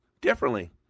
differently